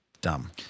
dumb